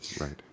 Right